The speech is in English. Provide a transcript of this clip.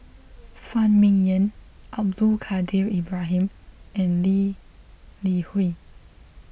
Phan Ming Yen Abdul Kadir Ibrahim and Lee Li Hui